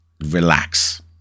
relax